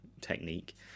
technique